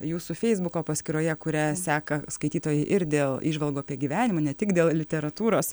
jūsų feisbuko paskyroje kurią seka skaitytojai ir dėl įžvalgų apie gyvenimą ne tik dėl literatūros